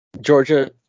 Georgia